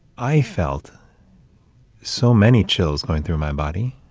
i felt so many chills going through my body,